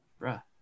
Bruh